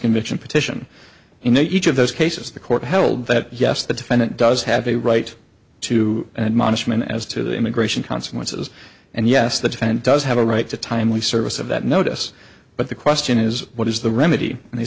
convention petition in each of those cases the court held that yes the defendant does have a right to an admonishment as to the immigration consequences and yes the defendant does have a right to timely service of that notice but the question is what is the remedy and he